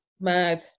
Mad